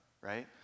right